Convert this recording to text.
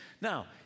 Now